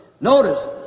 Notice